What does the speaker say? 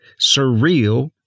surreal